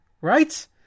Right